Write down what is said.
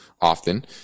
often